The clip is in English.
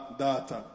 data